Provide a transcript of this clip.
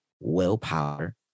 willpower